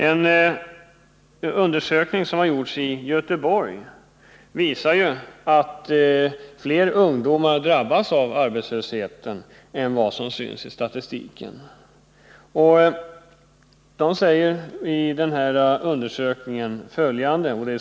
En undersökning som gjorts i Göteborg visar att fler ungdomar drabbas av arbetslöshet än vad som framgår av statistiken.